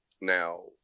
Now